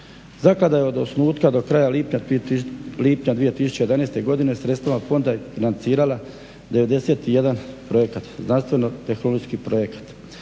Zaklada je od osnutka do kraja 2011.godine sredstvima fonda financirala 91 projekat znanstveno tehnološki projekat.